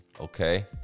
okay